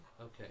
Okay